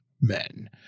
men